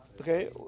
Okay